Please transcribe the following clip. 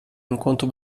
enquanto